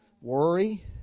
Worry